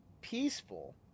peaceful